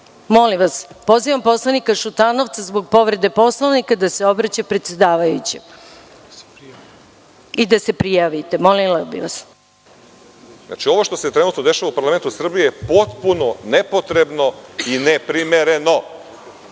Molim vas. Pozivam poslanika Šutanovca zbog povrede Poslovnika da se obraća predsedavajućem i da se prijavite, molila bih vas. **Dragan Šutanovac** Ovo što se trenutno dešava u parlamentu Srbije potpuno nepotrebno i neprimereno.